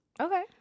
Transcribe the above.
Okay